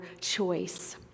choice